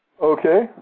Okay